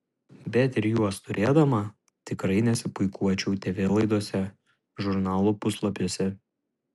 bet ir juos turėdama tikrai nesipuikuočiau tv laidose žurnalų puslapiuose